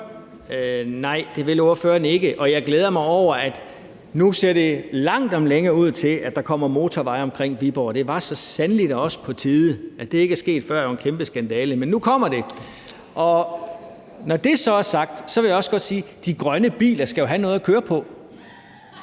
Nej, det vil ordføreren ikke. Og jeg glæder mig over, at nu ser det langt om længe ud til, at der kommer motorveje omkring Viborg, og det var så sandelig da også på tide; at det ikke er sket før, er jo en kæmpe skandale, men nu kommer det. Når det så er sagt, vil jeg også godt sige: De grønne biler skal jo have noget at køre på